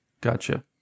Gotcha